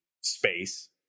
space